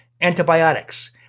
Antibiotics